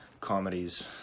comedies